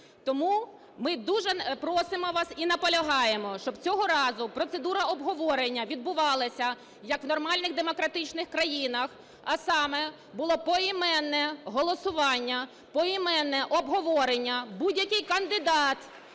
Тому ми дуже просимо вас і наполягаємо, щоб цього разу процедура обговорення відбувалося, як у нормальних демократичних країнах, а саме: було поіменне голосування, поіменне обговорення. Будь-який кандидат